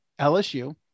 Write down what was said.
LSU